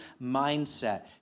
mindset